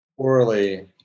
poorly